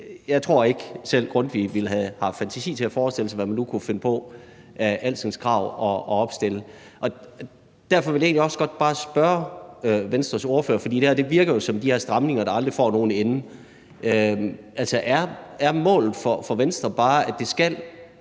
Jeg tror ikke, at selv Grundtvig ville have haft fantasi til at forestille sig, hvad man nu kunne finde på at opstille af alskens krav. Derfor vil jeg egentlig også godt bare spørge Venstres ordfører, for det her virker jo som nogle stramninger, der aldrig får nogen ende: Er målet for Venstre bare, at det hver